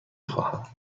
خواهم